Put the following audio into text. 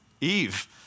Eve